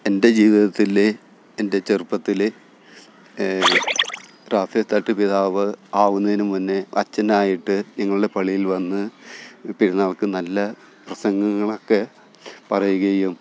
എന്റെ ജീവിതത്തിലെ എന്റെ ചെറുപ്പത്തിൽ റാഫെത്തട്ട് പിതാവ് ആകുന്നതിനു മുൻപേ അച്ഛനായിട്ടു ഞങ്ങളുടെ പള്ളിയില് വന്ന് പെരുന്നാൾക്കു നല്ല പ്രസംഗങ്ങളൊക്കെ പറയുകയും